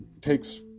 takes